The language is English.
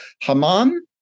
haman